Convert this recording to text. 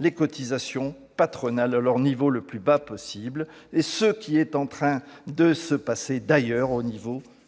-les cotisations patronales à leur niveau le plus bas possible. Ce qui est en train de se passer au niveau